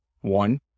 One